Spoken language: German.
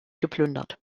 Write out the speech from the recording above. geplündert